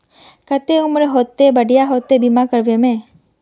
केते उम्र होते ते बढ़िया होते बीमा करबे में?